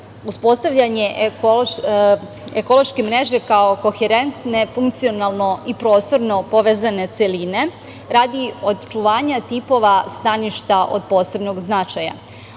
uspostavljanje ekološke mreže kao koherentne funkcionalno i prostorno povezane celine radi očuvanja tipova staništa od posebnog značaja.